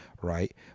right